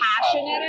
passionate